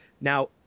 Now